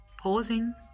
pausing